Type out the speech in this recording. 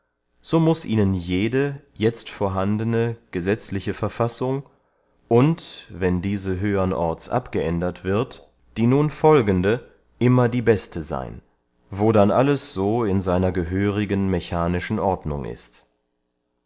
so muß ihnen jede jetzt vorhandene gesetzliche verfassung und wenn diese höhern orts abgeändert wird die nun folgende immer die beste seyn wo dann alles so in seiner gehörigen mechanischen ordnung ist